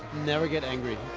never get angry,